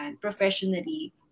professionally